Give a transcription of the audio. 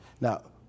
Now